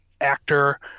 actor